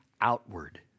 outward